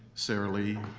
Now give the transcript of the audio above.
sarah lee,